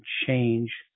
change